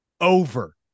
over